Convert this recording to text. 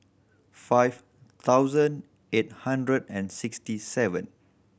five thousand eight hundred and sixty seven